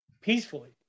peacefully